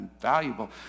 valuable